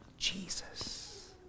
Jesus